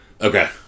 Okay